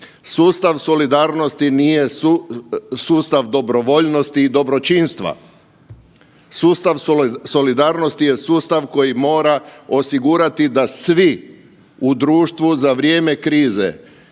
Sustav solidarnosti nije sustav dobrovoljnosti i dobročinstva, sustav solidarnosti je sustav koji mora osigurati da svi u društvu za vrijeme krize